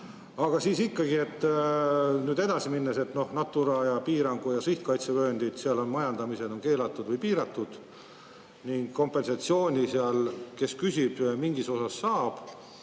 Aga siis ikkagi, nüüd edasi minnes, Natura alad ja piirangu- ja sihtkaitsevööndid, seal on majandamine keelatud või piiratud. Kompensatsiooni seal see, kes küsib, mingis osas saab.